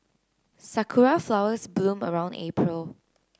sakura flowers bloom around April